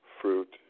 fruit